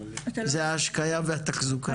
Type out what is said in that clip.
זה ההשקיה והתחזוקה.